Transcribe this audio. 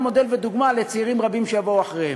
מודל ודוגמה לצעירים רבים שיבואו אחריהם.